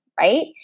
right